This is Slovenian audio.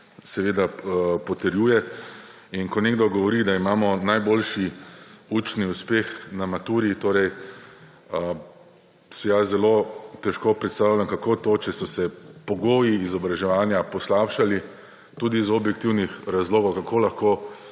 seveda potrjuje. In ko nekdo govori, da imamo najboljši učni uspeh na maturi, si jaz zelo težko predstavljam, kako to, če so se pogoji izobraževanja poslabšali tudi iz objektivnih razlogov, kako lahko